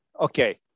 Okay